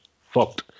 fucked